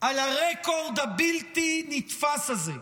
על הרקורד הבלתי-נתפס הזה?